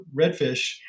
redfish